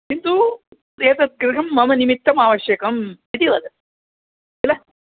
किन्तु एतत् गृहं मम निमित्तम् आवश्यकम् इति वदति किल